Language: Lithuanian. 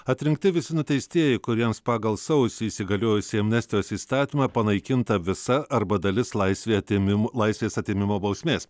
atrinkti visi nuteistieji kuriems pagal sausį įsigaliojusį amnestijos įstatymą panaikinta visa arba dalis laisvė atėmim laisvės atėmimo bausmės